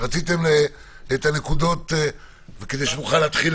רציתם לומר כמה דברים כדי שנוכל להתחיל